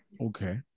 Okay